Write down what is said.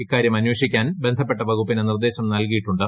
ഇക്കാര്യം അന്വേഷിക്കാൻ ബന്ധപ്പെട്ട വകുപ്പിന് നിർദ്ദേശം നൽകിയിട്ടുണ്ട്